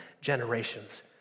generations